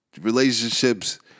Relationships